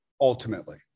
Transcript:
Ultimately